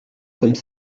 comme